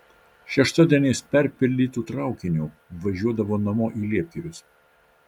šeštadieniais perpildytu traukiniu važiuodavo namo į liepgirius